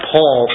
Paul